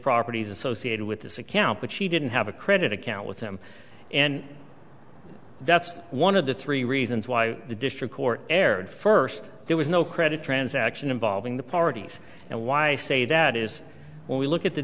properties associated with this account but she didn't have a credit account with them and that's one of the three reasons why the district court erred first there was no credit transaction involving the parties and why i say that is when we look at the